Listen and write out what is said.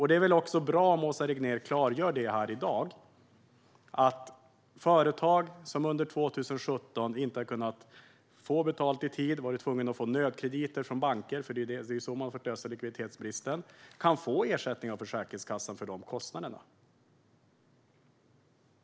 Det är väl också bra om Åsa Regnér klargör här i dag att företag som under 2017 inte har kunnat få betalt i tid, varit tvungna att få nödkrediter från banker - det är så man har fått lösa likviditetsbristen - kan få ersättning av Försäkringskassan för dessa kostnader.